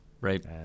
Right